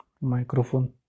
microphone